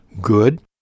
good